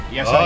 Yes